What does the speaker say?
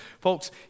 Folks